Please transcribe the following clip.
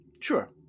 sure